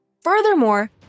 Furthermore